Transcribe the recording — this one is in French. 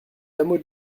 hameau